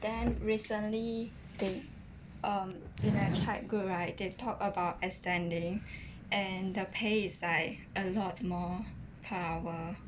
then recently they um in the chat group right they talk about extending and the pay is like a lot more per hour